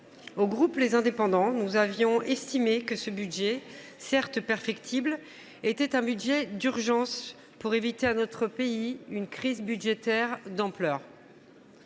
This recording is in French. du groupe Les Indépendants, nous avions estimé que ce projet de budget, certes perfectible, était un texte d’urgence pour éviter à notre pays une crise budgétaire d’ampleur.